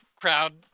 crowd